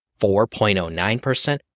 4.09%